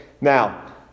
Now